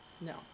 No